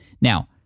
Now